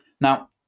Now